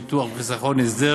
ביטחון וחיסכון הסדר